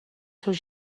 seus